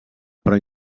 però